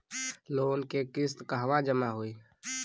Loan के किस्त कहवा जामा होयी?